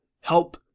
Help